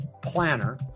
Planner